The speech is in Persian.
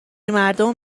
مردم